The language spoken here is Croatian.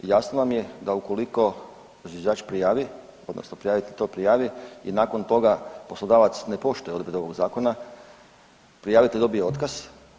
Jasno nam je da ukoliko zviždač prijavi, odnosno prijavitelj to prijavi i nakon toga poslodavac ne poštuje odredbe ovog zakona prijavitelj dobije otkaz.